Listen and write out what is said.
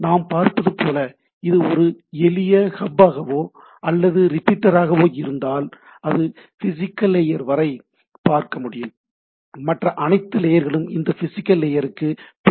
நாம் பார்ப்பது போல இது ஒரு எளிய ஹப் ஆகவோ அல்லது ரிப்பீட்டராகவோ இருந்தால் அது பிசிகல் லேயர் வரை பார்க்க முடியும் மற்ற அனைத்து லேயர்களும் இந்த பிசிகல் லேயர்க்கு பேலோட் ஆகும்